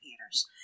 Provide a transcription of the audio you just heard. theaters